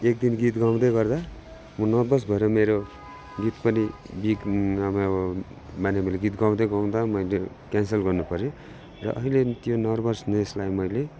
एकदिन गीत गाउँदै गर्दा म नर्भस भएर मेरो गीत पनि बिग् माने मैले गीत गाउँद गाउँदै मैले क्यान्सल गर्नु पऱ्यो र अहिले त्यो नर्भसनेसलाई मैले